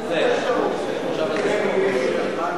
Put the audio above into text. ההצעה מתי שאתה רוצה.